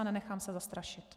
Nenechám se zastrašit.